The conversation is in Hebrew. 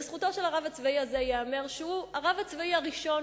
לזכותו של הרב הצבאי הזה ייאמר שהוא הרב הצבאי הראשון